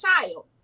child